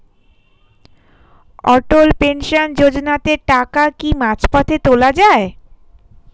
অটল pension যোজনাতে টাকা কি মাঝপথে তোলা যায়?